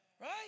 right